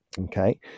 Okay